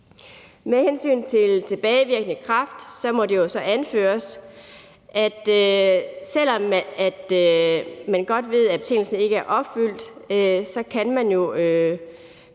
Med hensyn til tilbagevirkende kraft må det jo så anføres, at selv om man godt ved, at betingelserne ikke er opfyldt, kan man